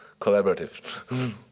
collaborative